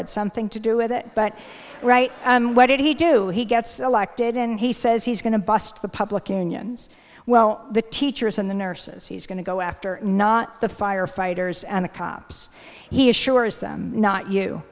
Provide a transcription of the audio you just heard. had something to do with it but what did he do he gets elected and he says he's going to bust the public in unions well the teachers and the nurses he's going to go after not the firefighters and the cops he assures them not you